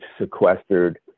sequestered